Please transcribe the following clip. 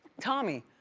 tommy,